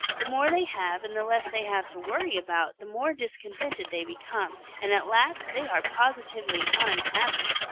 the more they have and the less they have to worry about, the more discontented they become, and at last they are positively unhappy.